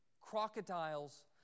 crocodiles